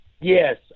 Yes